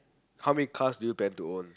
how many cars do you plan to own